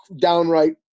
downright